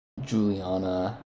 Juliana